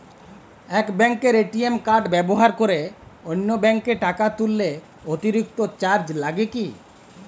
এক ব্যাঙ্কের ATM card ব্যবহার করে অন্য ব্যঙ্কে টাকা তুললে অতিরিক্ত চার্জ লাগে কি?